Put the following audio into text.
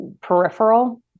peripheral